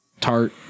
Tart